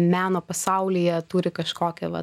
meno pasaulyje turi kažkokią va